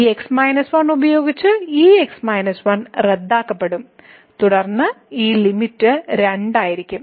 ഈ x 1 ഉപയോഗിച്ച് ഈ x 1 റദ്ദാക്കപ്പെടും തുടർന്ന് ഈ ലിമിറ്റ് 2 ആയിരിക്കും